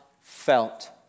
felt